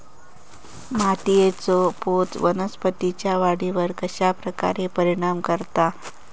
मातीएचा पोत वनस्पतींएच्या वाढीवर कश्या प्रकारे परिणाम करता?